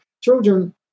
Children